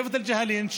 שבט אל-ג'האלין,